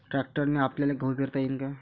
ट्रॅक्टरने आपल्याले गहू पेरता येईन का?